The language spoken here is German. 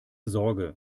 sorge